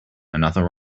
another